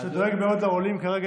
שדואג מאוד לעולים כרגע,